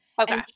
Okay